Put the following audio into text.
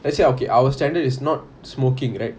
let's say okay our standard is not smoking right